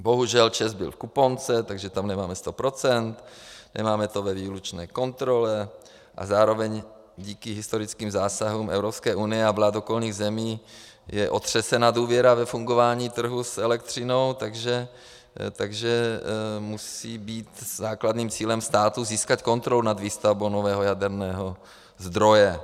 Bohužel ČEZ byl v kuponce, takže tam nemáme sto procent, nemáme to ve výlučné kontrole a zároveň díky historickým zásahům Evropské unie a vlád okolních zemí je otřesena důvěra ve fungování trhu s elektřinou, takže musí být základním cílem státu získat kontrolu nad výstavbou nového jaderného zdroje.